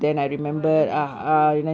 oh I love nancy drew